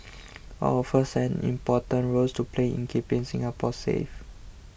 all of us an important roles to play in keeping Singapore safe